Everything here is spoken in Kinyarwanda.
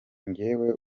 njyewe